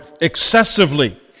excessively